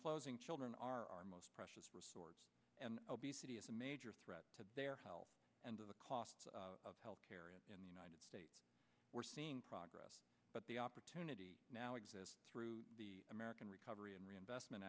closing children are our most precious resource and obesity is a major threat to their how and of the cost of health care in the united states we're seeing progress but the opportunity now exists through the american recovery and reinvestment